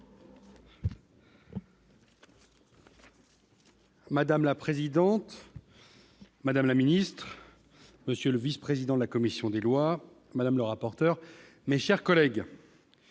Madame la présidente, madame la ministre, monsieur le vice-président de la commission des lois, madame la rapporteur, mes chers collègues,